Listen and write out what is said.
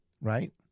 Right